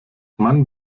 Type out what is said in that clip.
man